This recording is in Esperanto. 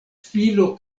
filo